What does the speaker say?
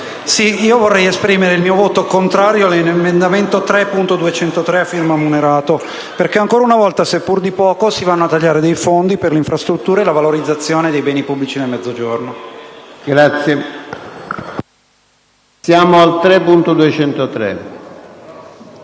vorrei dichiarare il mio voto contrario all'emendamento 3.203 a prima firma Munerato, perché ancora una volta, seppur di poco, si vanno a tagliare dei fondi per le infrastrutture e la valorizzazione dei beni pubblici nel Mezzogiorno.